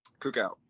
Cookout